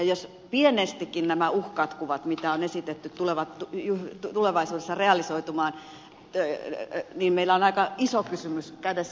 jos pienestikin nämä uhkakuvat mitä on esitetty tulevat tulevaisuudessa realisoitumaan niin meillä on aika iso kysymys kädessä